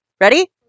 Ready